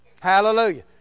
Hallelujah